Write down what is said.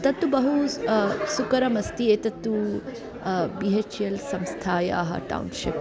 तत्तु बहु सुकरमस्ति एतत् तु बि हेच् एल् संस्थायाः टौन्शिप्